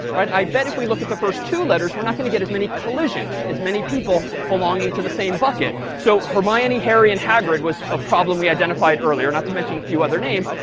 i bet if we look at the first two letters we're not going to get as many collisions as many people belonging to the same bucket. so hermione, harry, and hagrid was a problem we identified earlier, not to mention a few other names.